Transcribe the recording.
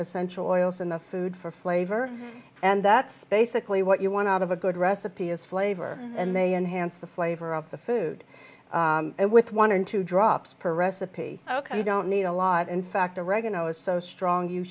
essential oils in the food for flavor and that's basically what you want out of a good recipe is flavor and they enhance the flavor of the food with one or two drops per recipe ok you don't need a lot in fact oregano is so strong you